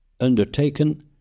undertaken